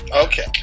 Okay